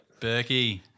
Berkey